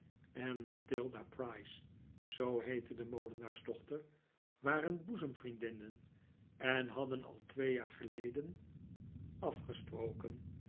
en mathilda price zoo heette de molenaarsdochter waren boezemvriendinnen en hadden al twee jaar geleden afgesprodickens